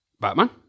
Batman